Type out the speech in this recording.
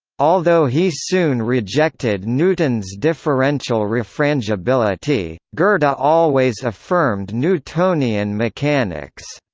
although he soon rejected newton's differential refrangibility, goethe but always affirmed newtonian mechanics.